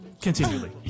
Continually